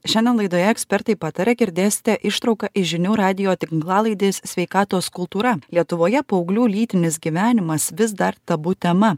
šiandien laidoje ekspertai pataria girdėsite ištrauką iš žinių radijo tinklalaidės sveikatos kultūra lietuvoje paauglių lytinis gyvenimas vis dar tabu tema